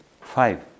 Five